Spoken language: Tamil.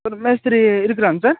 ஒரு மேஸ்திரி இருக்கிறாங்க சார்